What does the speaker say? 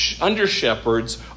under-shepherds